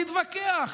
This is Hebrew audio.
להתווכח,